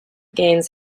gains